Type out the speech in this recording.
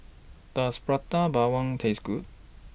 Does Prata Bawang Taste Good